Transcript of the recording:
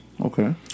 Okay